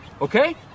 okay